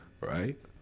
right